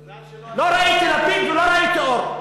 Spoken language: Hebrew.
מזל שלא, לא ראיתי לפיד ולא ראיתי אור.